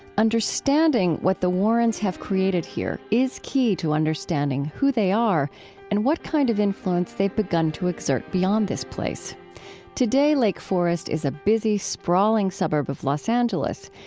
understanding what the warrens have created here is key to understanding who they are and what kind of influence they've begun to exert beyond this place today, lake forest is a busy, sprawling suburb of los angeles.